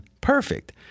perfect